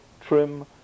trim